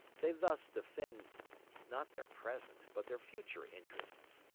they thus defend not their present, but their future interests,